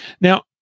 now